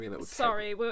sorry